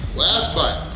last bite!